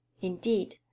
indeed